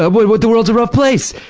ah but but, the world's a rough place!